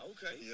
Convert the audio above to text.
Okay